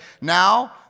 Now